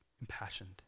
impassioned